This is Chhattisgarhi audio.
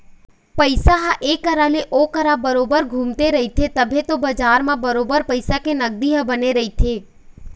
पइसा ह ऐ करा ले ओ करा बरोबर घुमते रहिथे तभे तो बजार म बरोबर पइसा के नगदी ह बने रहिथे